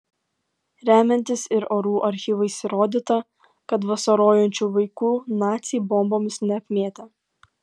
remiantis ir orų archyvais įrodyta kad vasarojančių vaikų naciai bombomis neapmėtė